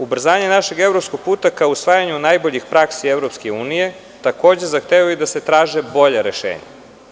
Ubrzanje našeg evropskog puta, ka usvajanju najboljih praksi EU, takođe zahtevaju da se traže bolja rešenja.